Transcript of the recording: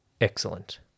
Excellent